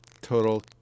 total